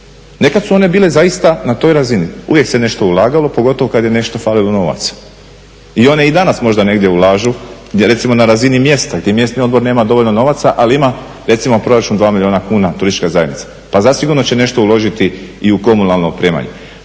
Nekad su one bile zaista na toj razini. Uvijek se nešto ulagalo pogotovo kad je nešto falilo novaca. I one i danas možda negdje ulažu recimo na razini mjesta gdje mjesni odbor nema dovoljno novaca, ali ima recimo proračun dva milijuna kuna turistička zajednica. Pa zasigurno će nešto uložiti i u komunalno opremanje,